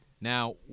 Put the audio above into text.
Now